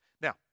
Now